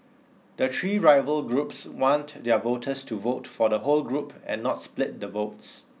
the three rival groups want their voters to vote for the whole group and not split the votes